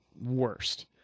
worst